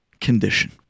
condition